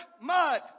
mud